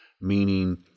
meaning